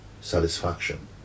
satisfaction